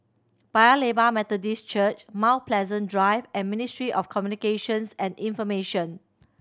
Paya Lebar Methodist Church Mount Pleasant Drive and Ministry of Communications and Information